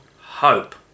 hope